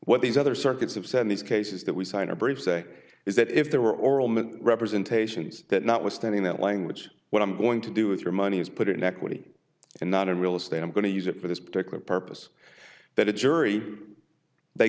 what these other circuits have said these cases that we sign a brief say is that if there were oral mint representations that notwithstanding that language what i'm going to do with your money is put in equity and not in real estate i'm going to use it for this particular purpose that a jury they